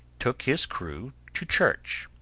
took his crew to church.